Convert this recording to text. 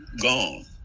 gone